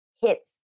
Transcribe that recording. hits